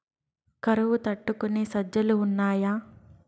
కరువు తట్టుకునే సజ్జలు ఉన్నాయా